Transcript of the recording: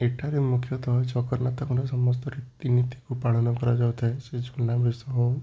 ଏଠାରେ ମୁଖ୍ୟତଃ ଜଗନ୍ନାଥଙ୍କର ସମସ୍ତ ରୀତିନୀତିକୁ ପାଳନ କରାଯାଉଥାଏ ସେ ସୁନାବେଶ ହେଉ